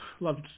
loved